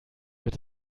wird